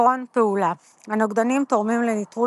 עקרון פעולה הנוגדנים תורמים לניטרול